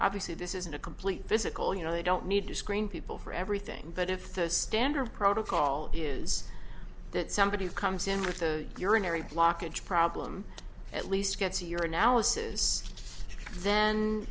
obviously this isn't a complete physical you know they don't need to screen people for everything but if the standard protocol is that somebody who comes in with a urinary blockage problem at least gets your analysis then